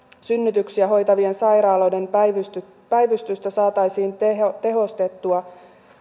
synnytyksiä hoitavien sairaaloiden päivystystä päivystystä saataisiin tehostettua